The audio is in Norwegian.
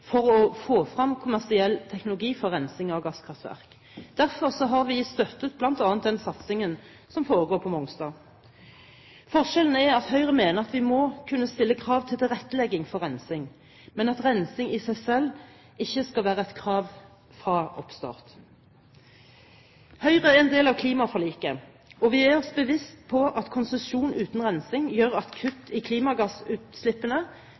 for å få frem kommersiell teknologi for rensing av gasskraftverk. Derfor har vi støttet bl.a. den satsingen som foregår på Mongstad. Forskjellen er at Høyre mener at vi må kunne stille krav til tilrettelegging for rensing, men at rensing i seg selv ikke skal være et krav fra oppstart. Høyre er en del av klimaforliket, og vi er oss bevisst at konsesjon uten rensing gjør at